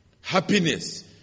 Happiness